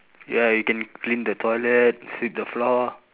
ya you can clean the toilet sweep the floor